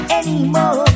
anymore